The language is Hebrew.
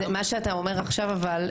מה שאתה אומר עכשיו אבל,